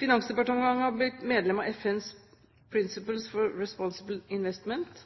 Finansdepartementet har blitt medlem av FNs Principles for Responsible Investment,